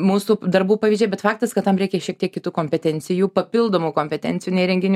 mūsų darbų pavyzdžiai bet faktas kad tam reikia šiek tiek kitų kompetencijų papildomų kompetencijų nei renginių